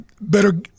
better